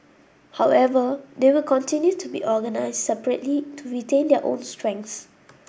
however they will continue to be organised separately to retain their own strengths